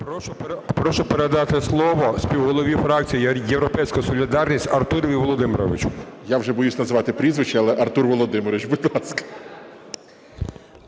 Прошу передати слово співголові фракції "Європейська солідарність" Артуру Володимировичу. ГОЛОВУЮЧИЙ. Я вже боюся називати прізвище, але, Артур Володимирович, будь ласка.